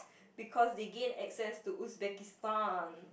because they gain access to Uzbekistan